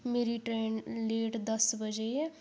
मेरी train late दस बजे ऐ